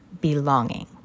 belonging